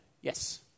Yes